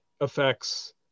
affects